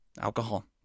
alcohol